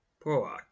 Poor